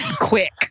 quick